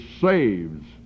saves